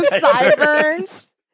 sideburns